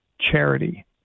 charity